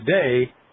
today